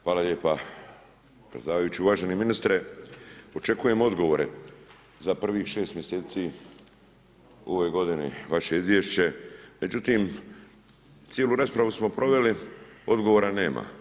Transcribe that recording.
Hvala lijepa predsjedavajući, uvaženi ministre očekujem odgovore za prvih 6 mjeseci u ovoj godini vaše izvješće, međutim cijelu raspravu smo proveli odgovora nema.